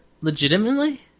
legitimately